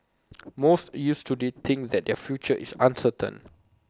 most youths today think that their future is uncertain